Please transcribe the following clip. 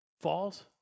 falls